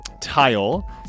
tile